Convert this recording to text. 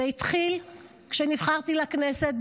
זה התחיל כשנבחרתי לכנסת.